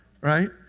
right